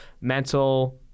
mental